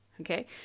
Okay